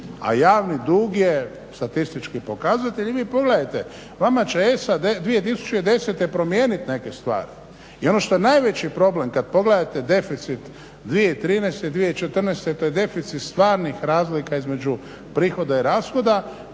A javni dug je statistički pokazatelj i vi pogledajte vama će SAD 2010. promijeniti neke stvari. I ono što je najveći problem kad pogledate deficit 2013. i 2014. to je deficit stvarnih razlika između prihoda i rashoda